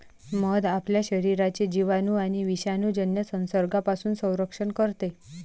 मध आपल्या शरीराचे जिवाणू आणि विषाणूजन्य संसर्गापासून संरक्षण करते